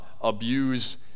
abuse